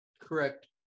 Correct